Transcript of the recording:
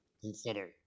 consider